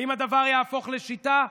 האם הדבר יהפוך לשיטה?